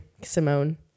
Simone